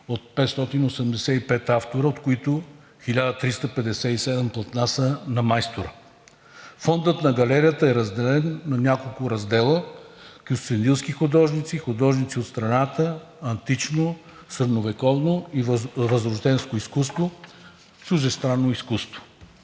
от 585 автора, от които 1357 платна са на Майстора. Фондът на галерията е разделен на няколко раздела: кюстендилски художници, художници от страната, антично, средновековно и възрожденско изкуство, чуждестранно изкуство.